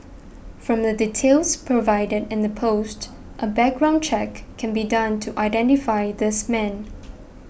from the details provided in the post a background check can be done to identify this man